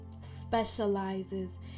specializes